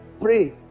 pray